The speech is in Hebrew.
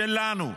שלנו,